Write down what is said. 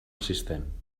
assistent